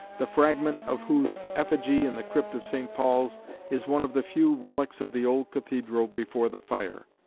the fragment of whose effigy in the crypt of st. paul's is one of the few relics of the old cathedral before the fire.